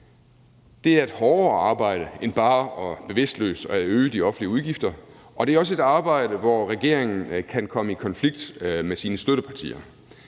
Det er et hårdere arbejde end bare bevidstløst at øge de offentlige udgifter, og det er også et arbejde, hvor regeringen kan komme i konflikt med sine støttepartier.